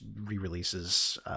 re-releases